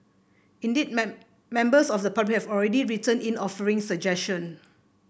indeed members of the have already written in offering suggestion